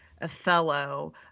Othello